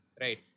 right